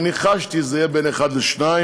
אבל ניחשתי שזה יהיה בין 01:00 ל-2:000,